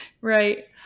right